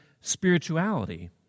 spirituality